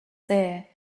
there